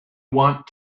want